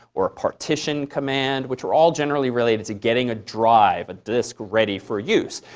or a partition command, which are all generally related to getting a drive a disk ready for use.